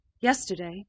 Yesterday